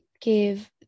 give